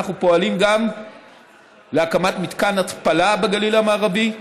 אנחנו פועלים גם להקמת מתקן התפלה בגליל המערבי.